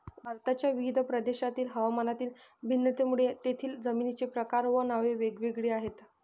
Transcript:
भारताच्या विविध प्रदेशांतील हवामानातील भिन्नतेमुळे तेथील जमिनींचे प्रकार व नावे वेगवेगळी आहेत